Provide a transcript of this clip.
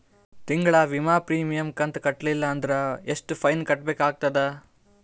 ತಿಂಗಳ ವಿಮಾ ಪ್ರೀಮಿಯಂ ಕಂತ ಕಟ್ಟಲಿಲ್ಲ ಅಂದ್ರ ಎಷ್ಟ ಫೈನ ಕಟ್ಟಬೇಕಾಗತದ?